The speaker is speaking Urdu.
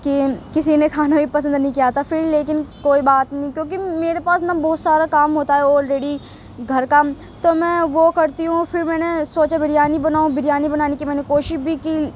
کہ کسی نے کھانا بھی پسند نہیں کیا تھا پھر لیکن کوئی بات نہیں کیونکہ میرے پاس نا بہت سارا کام ہوتا ہے آلریڈی گھر کا تو میں وہ کرتی ہوں پھر میں نے سوچا بریانی بناؤں بریانی بنانے کی میں نے کوشش بھی کی